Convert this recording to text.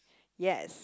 yes